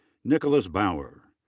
nicholas bower.